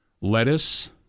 lettuce